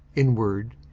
in word,